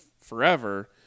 forever